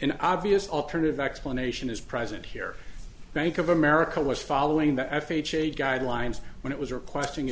an obvious alternative explanation is present here bank of america was following the f h a guidelines when it was requesting